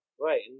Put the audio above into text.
right